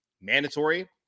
mandatory